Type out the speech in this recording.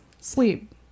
sleep